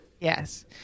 yes